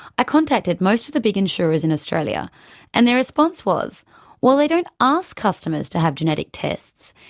i contacted most of the big insurers in australia and their response was while they don't ask customers to have genetic tests,